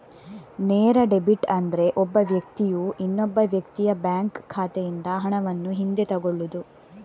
ನೇರ ಡೆಬಿಟ್ ಅಂದ್ರೆ ಒಬ್ಬ ವ್ಯಕ್ತಿಯು ಇನ್ನೊಬ್ಬ ವ್ಯಕ್ತಿಯ ಬ್ಯಾಂಕ್ ಖಾತೆಯಿಂದ ಹಣವನ್ನು ಹಿಂದೆ ತಗೊಳ್ಳುದು